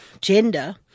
gender